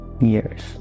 Years